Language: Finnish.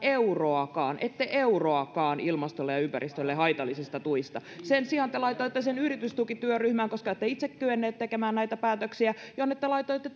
euroakaan ette euroakaan ilmastolle ja ympäristölle haitallisista tuista sen sijaan te laitoitte sen yritystukityöryhmään koska ette itse kyenneet tekemään näitä päätöksiä jonne te laitoitte